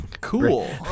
cool